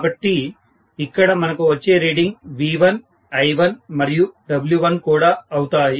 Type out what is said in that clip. కాబట్టి ఇక్కడ మనకు వచ్చే రీడింగ్ V1 I1 మరియు W1 కూడా అవుతాయి